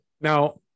Now